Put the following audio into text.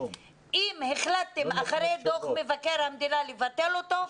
אם החלטתם אחרי דוח מבקר המדינה לבטל אותו,